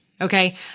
Okay